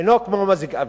אינו כמו מזג-אוויר.